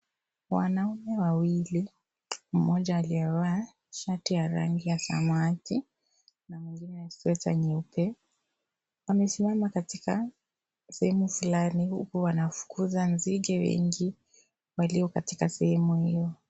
Wanaume wawili mmoja aliyevaa shati ya rangi ya samawati na mwingine sweta nyeupe wamesimama katika sehemu fulani huku wanafukuza nzige wengi walio katika sehemu hiyo.